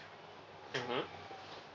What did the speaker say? mmhmm